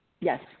Yes